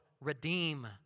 redeem